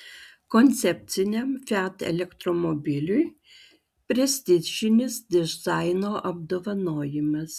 koncepciniam fiat elektromobiliui prestižinis dizaino apdovanojimas